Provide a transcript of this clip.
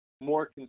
more